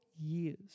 years